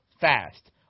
fast